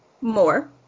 more